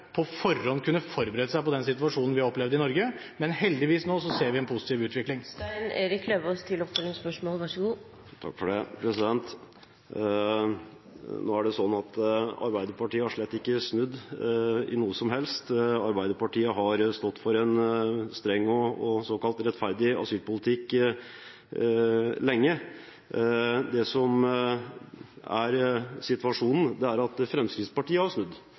på forhånd kunne forberede seg på den situasjonen vi har opplevd i Norge, men heldigvis ser vi nå en positiv utvikling. Nå er det sånn at Arbeiderpartiet slett ikke har snudd i noe som helst. Arbeiderpartiet har stått for en streng og såkalt rettferdig asylpolitikk lenge. Det som er situasjonen, er at Fremskrittspartiet har snudd.